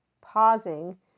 pausing